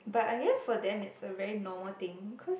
but I guess for them is the rain normal thing cause